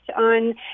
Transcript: on